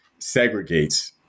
segregates